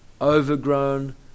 overgrown